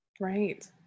Right